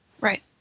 Right